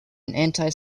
anti